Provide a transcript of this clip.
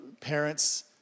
parents